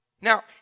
now